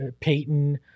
Payton